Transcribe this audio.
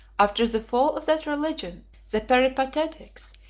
after the fall of that religion, the peripatetics,